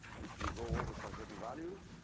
if you go over certain values.